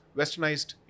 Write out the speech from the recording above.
westernized